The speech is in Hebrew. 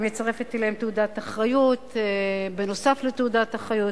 היא מצרפת אליהם מדבקת אחריות נוסף על תעודת האחריות.